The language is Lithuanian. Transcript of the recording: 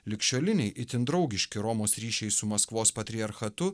ligšioliniai itin draugiški romos ryšiai su maskvos patriarchatu